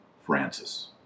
Francis